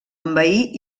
envair